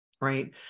Right